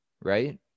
Right